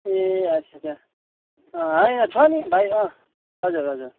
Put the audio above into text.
ए अच्छा अच्छा होइन छ नि भाइ अँ हजुर हजुर